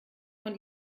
von